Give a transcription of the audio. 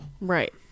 Right